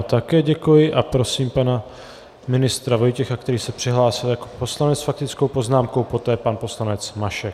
Také děkuji a prosím pana ministra Vojtěcha, který se přihlásil jako poslanec s faktickou poznámkou, poté pan poslanec Mašek.